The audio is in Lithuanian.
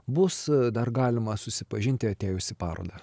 bus dar galima susipažinti atėjus į parodą